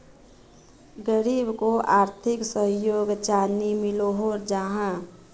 गरीबोक आर्थिक सहयोग चानी मिलोहो जाहा?